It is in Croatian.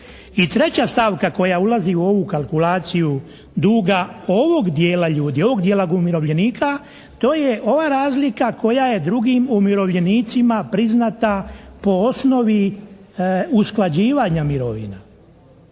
treća stavka koja ulazi u ovu kalkulaciju duga ovog dijela ljudi, ovog dijela umirovljenika, to je ova razlika koja je drugim umirovljenicima priznata po osnovi usklađivanja mirovina.